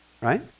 right